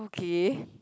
okay